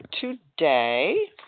today